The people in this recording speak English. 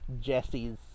Jesse's